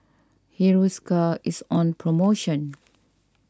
Hiruscar is on promotion